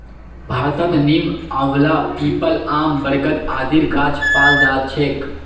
भारतत नीम, आंवला, पीपल, आम, बरगद आदिर गाछ पाल जा छेक